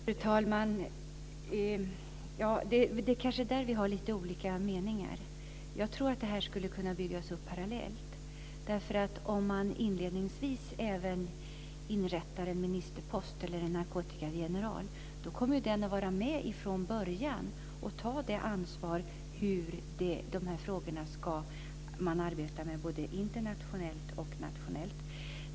Fru talman! Det är kanske där vi har lite olika meningar. Jag tror att det här kan byggas upp parallellt. Om man inledningsvis inrättar en ministerpost, eller narkotikageneral, kommer den att vara med från början och ta ansvaret för hur frågorna ska hanteras internationellt och nationellt.